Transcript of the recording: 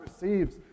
receives